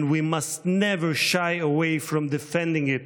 and we must never shy away from defending it".